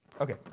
Okay